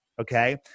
Okay